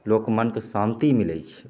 लोकके मनके शांति मिलैत छै